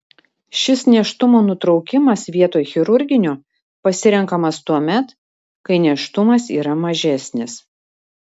šis nėštumo nutraukimas vietoj chirurginio pasirenkamas tuomet kai nėštumas yra mažesnis